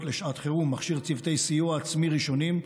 לשעת חירום ומכשיר צוותי סיוע עצמי ראשוני,